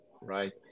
right